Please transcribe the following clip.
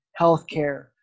healthcare